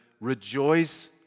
rejoice